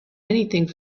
anything